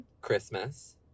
Christmas